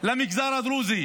למגזר הדרוזי